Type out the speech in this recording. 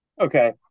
Okay